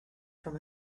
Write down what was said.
from